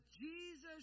Jesus